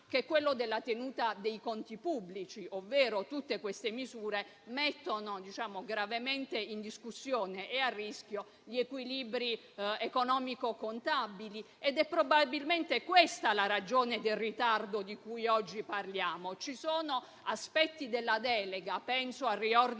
tema, quello della tenuta dei conti pubblici. Tutte queste misure mettono gravemente in discussione e a rischio gli equilibri economico-contabili; è probabilmente questa la ragione del ritardo di cui oggi parliamo. Ci sono aspetti della delega - penso al riordino